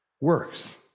works